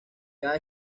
cada